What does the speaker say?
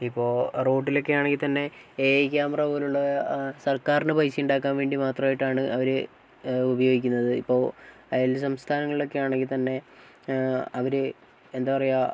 ഇപ്പോൾ റോഡിലൊക്കെ ആണെങ്കിൽത്തന്നെ എ ഐ ക്യാമറ പോലുള്ള സർക്കാരിനു പൈസ ഉണ്ടാക്കാൻ വേണ്ടി മാത്രമായിട്ടാണ് അവർ ഉപയോഗിക്കുന്നത് ഇപ്പോൾ അയൽ സംസ്ഥാനങ്ങളിലൊക്കെ ആണെങ്കിൽതന്നെ അവർ എന്താ പറയുക